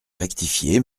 rectifié